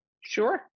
Sure